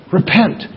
Repent